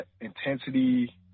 intensity